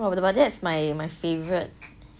!wah! but that's my favourite